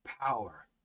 Power